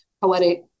poetic